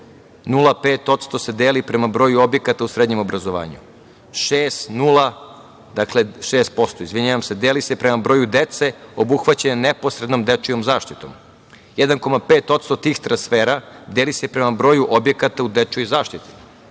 0,5% se deli prema broju objekata u srednjem obrazovanju, 6% deli se prema broju dece obuhvaćene neposrednom dečijom zaštitom, 1,5% tih transfera deli se prema broju objekata u dečijoj zaštiti. Govorim